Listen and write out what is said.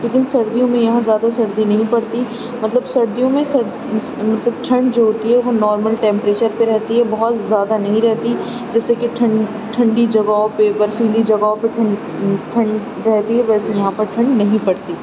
لیکن سردیوں میں یہاں زیادہ سردی نہیں پڑتی مطلب سردیوں میں سرد مطلب ٹھنڈ جو ہوتی ہے نارمل ٹیمپریچر پہ رہتی ہے بہت زیادہ نہیں رہتی جیسے کہ ٹھنڈ ٹھنڈی جگہوں پہ برفیلی جگہوں پہ ٹھنڈ رہتی ہے ویسے یہاں پر ٹھنڈ نہیں پڑتی